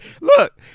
Look